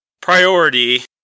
priority